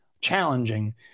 challenging